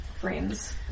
friends